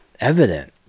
evident